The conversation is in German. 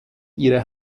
ihre